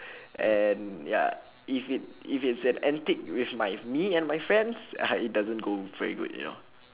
and ya if it if it's an antic with my me and my friends ah it doesn't go very good you know